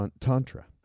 tantra